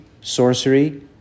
sorcery